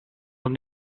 will